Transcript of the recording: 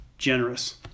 generous